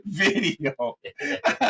video